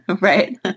Right